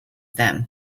them